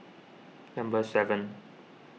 number seven